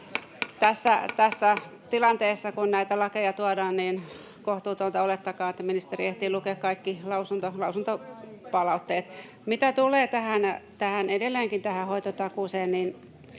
tässä tilanteessa, kun näitä lakeja tuodaan, kohtuutonta olettaakaan, että ministeri ehtii lukea kaikki lausuntopalautteet. Mitä tulee tähän hoitotakuuseen,